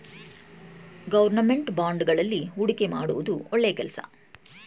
government ಬಾಂಡುಗಳಲ್ಲಿ ಹೂಡಿಕೆ ಮಾಡುವುದು ಒಳ್ಳೆಯ ಕೆಲಸ